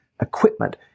equipment